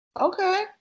Okay